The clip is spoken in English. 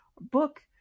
book